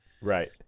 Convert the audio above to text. Right